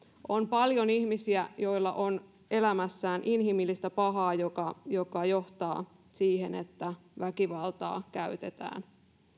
on paljon ihmisiä joilla on elämässään inhimillistä pahaa joka joka johtaa siihen että väkivaltaa käytetään